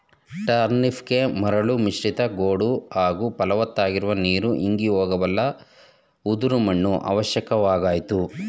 ಟರ್ನಿಪ್ಗೆ ಮರಳು ಮಿಶ್ರಿತ ಗೋಡು ಹಾಗೂ ಫಲವತ್ತಾಗಿರುವ ನೀರು ಇಂಗಿ ಹೋಗಬಲ್ಲ ಉದುರು ಮಣ್ಣು ಅವಶ್ಯಕವಾಗಯ್ತೆ